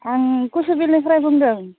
आं खुसुबिलनिफ्राय बुंदों